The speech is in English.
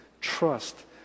trust